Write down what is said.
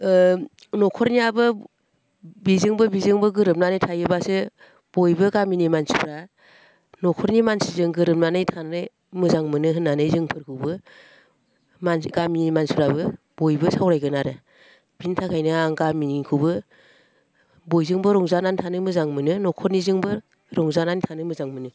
न'खरनियाबो बिजोंबो बिजोंबो गोरोबनानै थायोब्लासो बयबो गामिनि मानसिफ्रा न'खरनि मानसिजों गोरोबनानै थानो मोजां मोनो होननानै जोंफोरखौबो गामिनि मानसिफ्राबो बयबो सावरायगोन आरो बिनि थाखायनो आं गामिनिखौबो बयजोंबो रंजानानै थानो मोजां मोनो न'खरनिजोंबो रंजानानै थानो मोजां मोनो